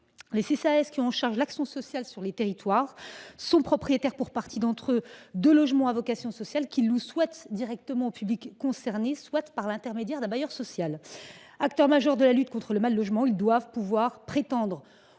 Les CCAS, chargés de l’action sociale sur les territoires, sont propriétaires, pour une partie d’entre eux, de logements à vocation sociale, qu’ils louent soit directement aux publics concernés, soit par l’intermédiaire d’un bailleur social. Acteurs majeurs de la lutte contre le mal logement, ils doivent pouvoir prétendre